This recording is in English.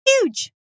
huge